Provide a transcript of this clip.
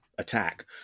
attack